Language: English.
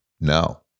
No